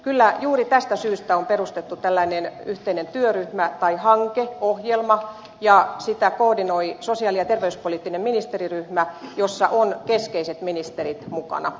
kyllä juuri tästä syystä on perustettu tällainen yhteinen työryhmä tai hanke ohjelma ja sitä koordinoi sosiaali ja terveyspoliittinen ministeriryhmä jossa ovat keskeiset ministerit mukana